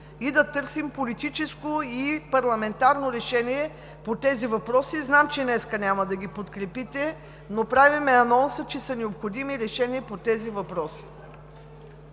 и да търсим политическо и парламентарно решение по тези въпроси. Знам, че днес няма да ги подкрепите, но правим анонса, че са необходими решения по тези въпроси.